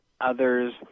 others